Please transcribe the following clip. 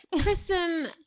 Kristen